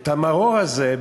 את המרור הזה,